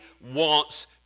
wants